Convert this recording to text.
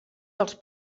dels